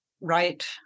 Right